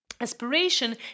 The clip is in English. Aspiration